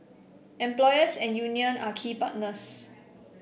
employers and union are key partners